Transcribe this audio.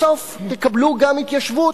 בסוף תקבלו גם התיישבות,